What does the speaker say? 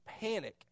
panic